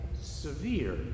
severe